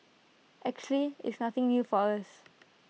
actually it's nothing new for us